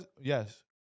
Yes